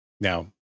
Now